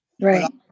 Right